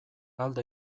alde